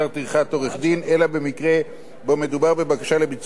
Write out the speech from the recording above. אלא במקרה שמדובר בבקשה לביצוע תביעה על סכום קצוב.